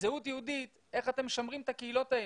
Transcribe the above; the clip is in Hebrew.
וזהות יהודית, איך אתם משמרים את הקהילות האלה,